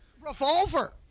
Revolver